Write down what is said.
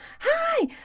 Hi